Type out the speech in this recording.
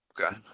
Okay